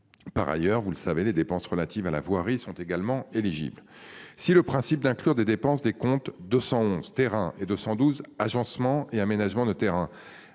Par ailleurs, vous le savez les dépenses relatives à la voirie sont également éligibles. Si le principe d'inclure des dépenses des comptes 211 terrains et 212 agencement et aménagement de terrains.